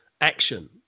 action